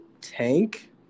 tank